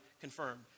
confirmed